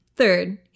Third